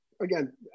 Again